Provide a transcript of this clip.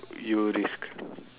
you risk